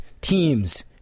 teams